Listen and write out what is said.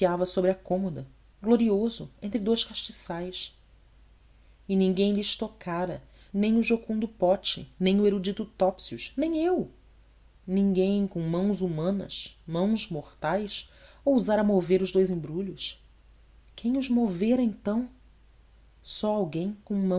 campeava sobre a cômoda glorioso entre dous castiçais e ninguém lhes tocara nem o jucundo pote nem o erudito topsius nem eu ninguém com mãos humanas mãos mortais ousara mover os dous embrulhos quem os movera então só alguém com